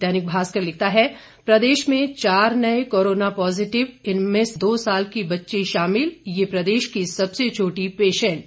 दैनिक भास्कर लिखता है प्रदेश में चार नए कोरोना पॉजिटिव इनमें दो साल की बच्ची शामिल यह प्रदेश की सबसे छोटी पेशेंट